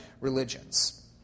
religions